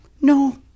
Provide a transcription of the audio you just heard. no